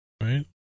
Right